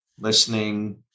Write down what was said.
listening